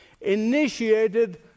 initiated